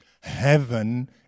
Heaven